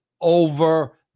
over